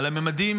על הממדים